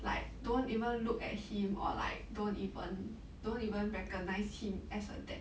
like don't even look at him or like don't even don't even recognise him as a dad